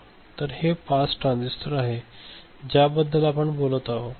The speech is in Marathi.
तर हे पास ट्रान्झिस्टर आहे ज्याबद्दलय आपण बोलत आहोत